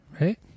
Right